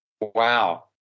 Wow